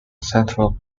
central